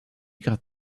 got